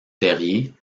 terrier